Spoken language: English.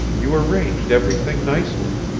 you arranged everything nicely.